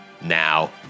Now